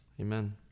Amen